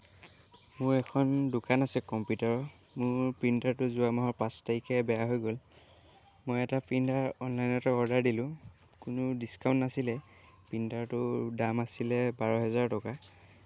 মোৰ এখন দোকান আছে কম্পিউটাৰৰ মোৰ প্ৰিণ্টাৰটো যোৱা মাহৰ পাঁচ তাৰিখে বেয়া হৈ গ'ল মই এটা প্ৰিণ্টাৰ অনলাইনতে অৰ্ডাৰ দিলোঁ কোনো ডিছকাউণ্ট নাছিলে প্ৰিণ্টাৰটোৰ দাম আছিলে বাৰ হেজাৰ টকা